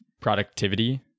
productivity